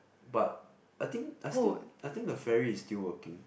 but I think I still I think the ferry is still working